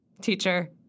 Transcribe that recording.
Teacher